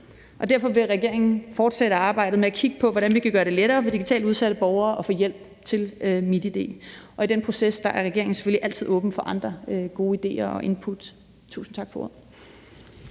Derfor vil regeringen fortsætte arbejdet med at kigge på, hvordan vi kan gøre det lettere for digitalt udsatte borgere at få hjælp til MitID, og i den proces er regeringen selvfølgelig altid åben for andre gode idéer og input. Tusind tak for ordet.